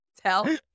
tell